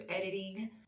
editing